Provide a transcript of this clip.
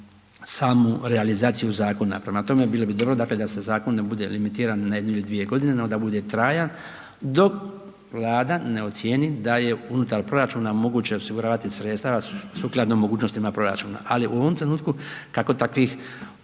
za samu realizaciju zakona. Prema tome, bilo bi dobro, dakle da se zakon ne bude limitiran na jednu ili dvije godine, on da bude trajan, dok vlada ne ocjeni da je unutar proračuna moguće osiguravati sredstava sukladno mogućnostima proračuna. Ali u ovom trenutku, kako takvih